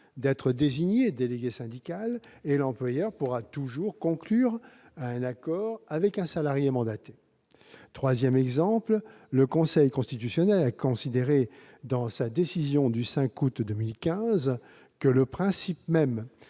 d'être désigné délégué syndical et l'employeur pourra toujours conclure un accord avec un salarié mandaté. Troisième exemple, le Conseil constitutionnel a considéré, dans sa décision du 5 août 2015, que le principe même